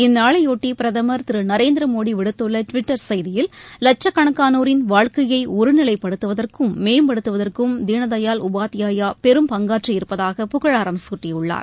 இந்நாளையாட்டி பிரதமர் திரு நரேந்திரமோடி விடுத்துள்ள டுவிட்டர் செய்தியில் லட்சக்கணக்கானோரின் வாழ்க்கையை ஒருநிலைப்படுத்துவதற்கும் மேம்படுத்துவதற்கும் தீனதயாள் உபாத்யாயா பெரும்பங்காற்றியிருப்பதாக புகழாரம் சூட்டியுள்ளார்